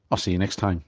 i'll see you next time